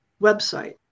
website